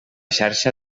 xarxa